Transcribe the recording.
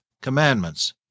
commandments